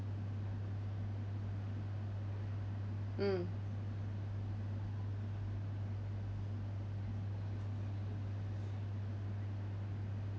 mm